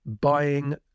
buying